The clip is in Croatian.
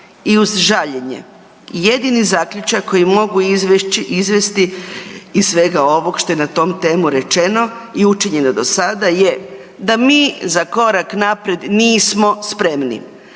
i uz žaljenje jedini zaključak koji mogu izvesti iz svega ovog što je na tu temu rečeno i učinjeno do sada je da mi za korak naprijed nismo spremni.